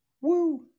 Woo